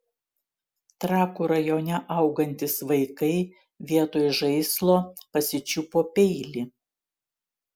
trakų rajone augantys vaikai vietoj žaislo pasičiupo peilį